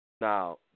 Now